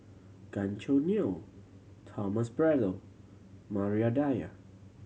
Gan Choo Neo Thomas Braddell Maria Dyer